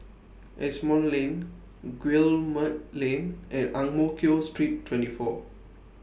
Asimont Lane Guillemard Lane and Ang Mo Kio Street twenty four